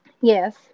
Yes